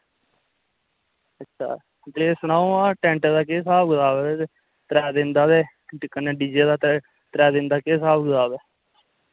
ते सनाओ आं टैंट दा केह् स्हाब कताब ऐ त्रै दिन दा कन्नै डीजे दा ते त्रैऽ दिन दा केह् स्हाब कताब ऐ